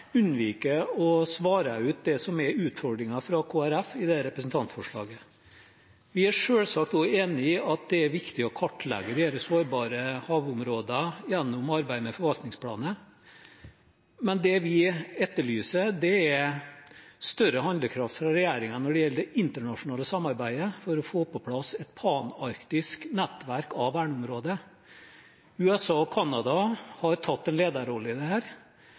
svare på det som er utfordringen fra Kristelig Folkeparti i dette representantforslaget. Vi er selvsagt enig i at det er viktig å kartlegge disse sårbare havområdene gjennom arbeidet med forvaltningsplanen. Men det vi etterlyser, er større handlekraft fra regjeringen når det gjelder det internasjonale samarbeidet for å få på plass et panarktisk nettverk av verneområder. USA og Canada har tatt en lederrolle i